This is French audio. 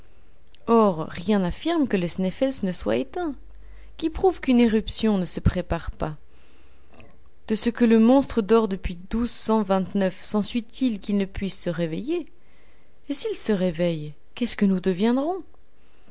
or rien n'affirme que le sneffels soit éteint qui prouve qu'une éruption ne se prépare pas de ce que le monstre dort depuis sensuit il qu'il ne puisse se réveiller et s'il se réveille qu'est-ce que nous deviendrons